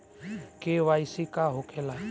KYC का होखेला?